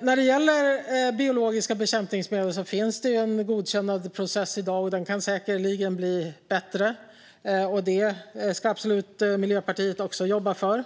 När det gäller biologiska bekämpningsmedel finns det en godkännandeprocess i dag. Den kan säkerligen bli bättre. Det ska Miljöpartiet absolut också jobba för.